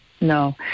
No